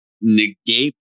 negate